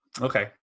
Okay